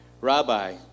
Rabbi